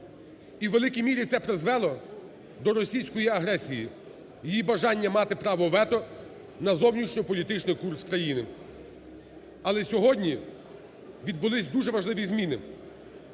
І у великій мірі це призвело до російської агресії, її бажання мати право вето на зовнішньополітичний курс країни. Але сьогодні відбулися дуже важливі зміни,